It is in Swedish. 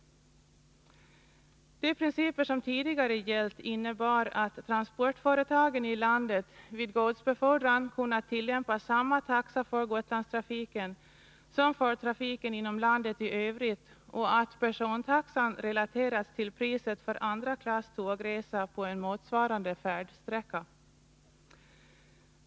De principer som tidigare gällt innebar att transportföretagen i landet vid godsbefordran kunnat tillämpa samma taxa för Gotlandstrafiken som för trafiken inom landet i övrigt och att persontaxan relaterats till priset för andra klass tågresa på en motsvarande färdsträcka.